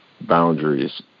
boundaries